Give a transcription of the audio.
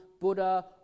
Buddha